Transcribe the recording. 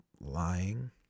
lying